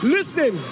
Listen